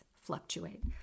fluctuate